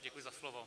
Děkuji za slovo.